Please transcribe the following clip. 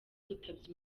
yitabye